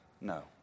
No